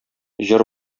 җыр